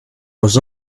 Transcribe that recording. was